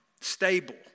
stable